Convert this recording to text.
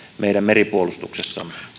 meidän meripuolustuksessamme